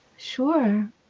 Sure